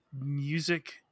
music